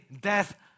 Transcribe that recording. death